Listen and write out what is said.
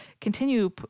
continue